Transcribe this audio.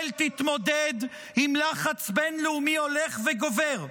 תתמודד עם לחץ בין-לאומי הולך וגובר,